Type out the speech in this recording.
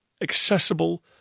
Accessible